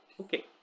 okay